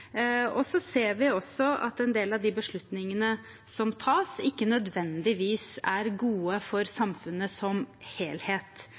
Vi ser også at en del av de beslutningene som tas, ikke nødvendigvis er gode for samfunnet som helhet.